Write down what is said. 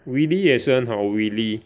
Weelee 也是很好 Weelee